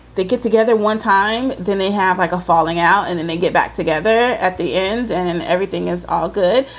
they get together one time, then they have like a falling out and then they get back together at the end and and everything is all good.